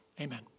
amen